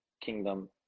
kingdom